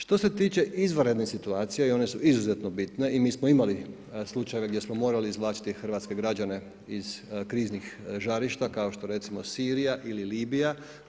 Što se tiče izvanrednih situacija i one su izuzetno bitne i mi smo imali slučajeve gdje smo morali izvlačiti hrvatske građane iz kriznih žarišta, kao što je recimo Sirija ili Libija.